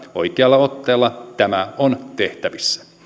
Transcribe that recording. oikealla otteella tämä on tehtävissä